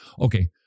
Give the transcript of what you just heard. Okay